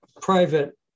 private